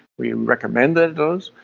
we've recommended those.